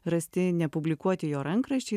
rasti nepublikuoti jo rankraščiai